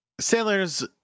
Sailors